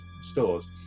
stores